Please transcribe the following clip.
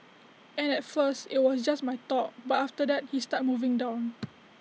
and at first IT was just my top but after that he started moving down